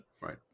right